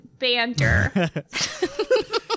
Bander